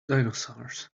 dinosaurs